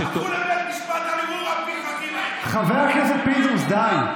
הלכו לבית משפט על ערעור חבר הכנסת פינדרוס, די.